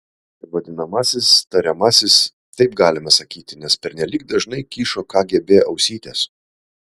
vadinamasis tariamasis taip galime sakyti nes pernelyg dažnai kyšo kgb ausytės